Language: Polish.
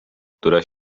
która